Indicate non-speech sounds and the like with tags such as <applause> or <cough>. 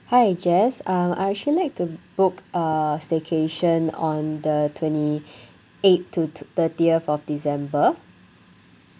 hi jess uh I'd actually like to book a staycation on the twenty <breath> eight to thirtieth of december